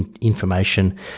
information